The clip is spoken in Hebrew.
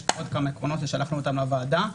יש עוד כמה עקרונות ושלחנו אותם לוועדה.